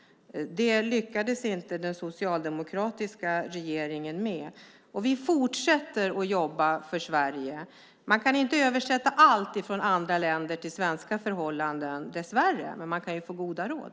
Det lyckades inte den socialdemokratiska regeringen med. Vi fortsätter att jobba för Sverige. Man kan inte översätta allt från andra länder till svenska förhållanden - dessvärre. Men man kan få goda råd.